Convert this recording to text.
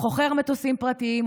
חוכר מטוסים פרטיים,